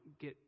get